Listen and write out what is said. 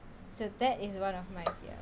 so that is one of my fear